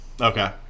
Okay